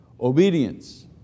obedience